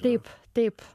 taip taip